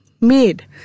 made